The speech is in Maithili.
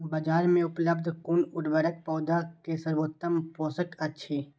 बाजार में उपलब्ध कुन उर्वरक पौधा के सर्वोत्तम पोषक अछि?